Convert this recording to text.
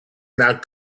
not